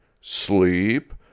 Sleep